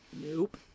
Nope